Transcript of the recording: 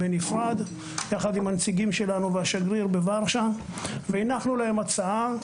יחד עם הנציגים שלנו והשגריר בוורשה והנחנו בפניהם הצעה.